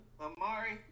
Amari